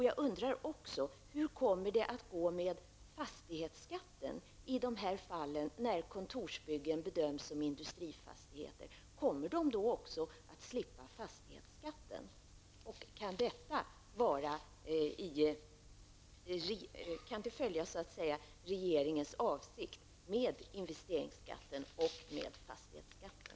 Jag undrar också hur det kommer att gå med fastighetsskatten i de fall där kontorsbyggen bedöms som industrifastigheter. Kommer de också att slippa fastighetsskatten? Kan det vara regeringens avsikt med investeringsskatten och fastighetsskatten?